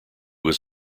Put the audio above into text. was